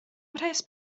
mhres